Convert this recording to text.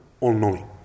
all-knowing